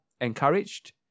encouraged